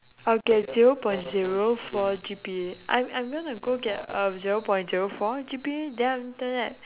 okay zero point zero four G_P_A I'm I'm gonna go get a zero point zero four G_P_A then after that